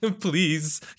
please